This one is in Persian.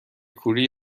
کوری